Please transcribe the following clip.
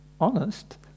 honest